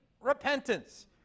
repentance